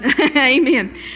Amen